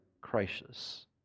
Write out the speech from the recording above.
crisis